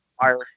Fire